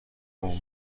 عنوان